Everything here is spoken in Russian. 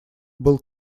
был